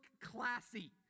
classy